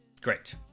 Great